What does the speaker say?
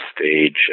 stage